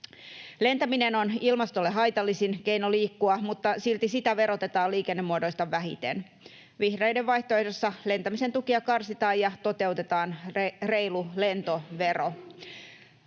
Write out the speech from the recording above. Lentäminen on ilmastolle haitallisin keino liikkua, mutta silti sitä verotetaan liikennemuodoista vähiten. Vihreiden vaihtoehdossa lentämisen tukia karsitaan ja toteutetaan reilu lentovero.